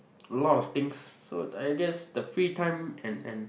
a lot of things so I guess the free time and and